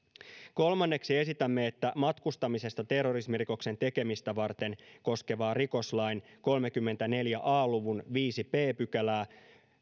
kolmanneksi esitämme että matkustamisesta terrorismirikoksen tekemistä varten koskevan rikoslain kolmekymmentäneljä a luvun viidennen b